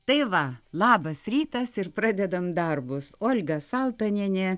tai va labas rytas ir pradedam darbus olga saltonienė